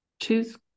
choose